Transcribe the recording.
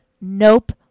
nope